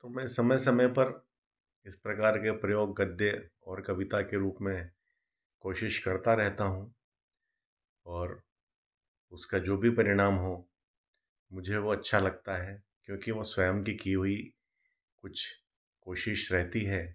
तो मे समय समय पर इस प्रकार के प्रयोग गद्य और कविता के रूप में कोशिश करता रहता हूँ और उसका जो भी परिणाम हो मुझे वो अच्छा लगता है क्योंकि वो स्वयं की की हुई कुछ कोशिश रहती है